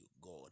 God